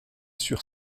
sur